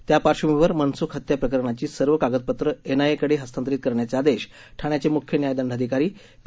त्या पार्श्वभूमीवर मनसूख हत्या प्रकरणाची सर्व कागदपत्रं एनआयएकडे हस्तांतरित करण्याचे आदेश ठाण्याचे मुख्य न्याय दंडाधिकारी पी